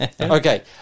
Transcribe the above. okay